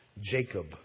Jacob